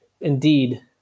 indeed